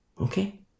Okay